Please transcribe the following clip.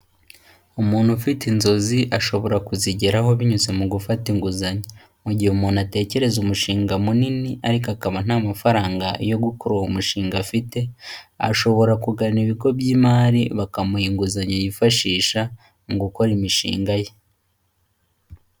Umuntu ufite inzozi ashobora kuzigeraho binyuze mu gufata inguzanyo, mu gihe umuntu atekereza umushinga munini ariko akaba nta mafaranga yo gukora uwo mushinga afite, ashobora kugana ibigo by'imari bakamuha inguzanyo yifashisha, mu gukora imishinga ye.